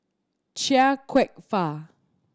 Chia Kwek Fah